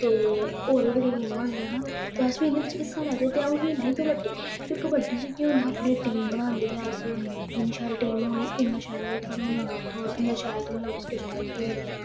ते होर बी बड़ियां गेमां होंदियां हा ते अस्स बी इं'दे बिच्च हिस्सा लैंदे हे ते अ'ऊं खेलदी ही कबड्डी ते कबड्डी च केह् होंदा हा अपनी टीम बनांदे हे अस्स जिन्नी शैल टीम होनी इन्ना शैल थुआनूं नाम थ्होना इन्ना शैल तुसें ओह्दी स्टेटा च खेलना